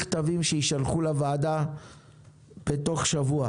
שיישלחו לוועדה שני מכתבים תוך שבוע.